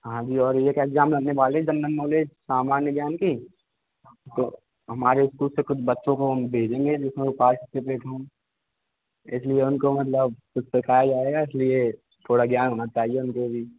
हाँ जी और यह के एग्ज़ाम में हमने वाले जनरल नॉलेज सामान्य ज्ञान की तो हमारे स्कूल से कुछ बच्चों को हम भेजेंगे जिसमें पारसीपेट होंगे इसलिए उनको मतलब कुछ सिखाया जाएगा इसलिए थोड़ा ज्ञान होना चाहिए उनको भी